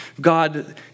God